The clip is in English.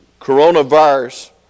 coronavirus